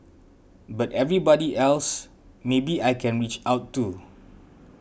but everybody else maybe I can reach out to